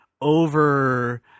over